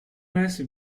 nice